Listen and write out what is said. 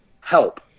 help